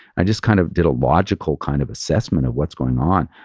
i just kind of did a logical kind of assessment of what's going on.